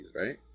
right